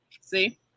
See